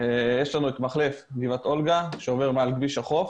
יש לנו את מחלף גבעת אולגה שעובר מעל כביש החוף,